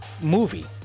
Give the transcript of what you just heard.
movie